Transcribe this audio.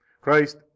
Christ